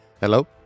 Hello